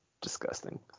Disgusting